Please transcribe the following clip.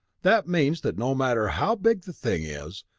that means that no matter how big the thing is,